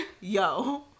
Yo